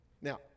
Now